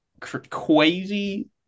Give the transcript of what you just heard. crazy